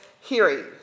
hearing